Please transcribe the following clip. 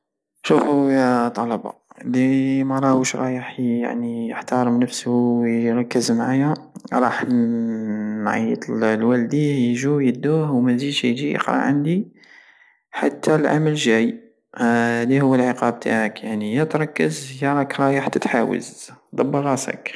شوفو ياطلبة الي ماراهوش رايح يعني يحتارم نفسو ويركز معايا رح ن- نعيط لوالديه يجو يدوه وميزيدش يجي يقرى عندي حتا لعام الجاي هادي هو العقاب تاعك يعني يا تركز يا راك رايح تتحاوز دبر راسك